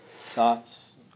thoughts